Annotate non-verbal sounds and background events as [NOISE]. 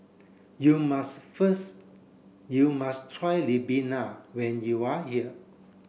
you must [UNINTELLIGIBLE] you must try Ribena when you are here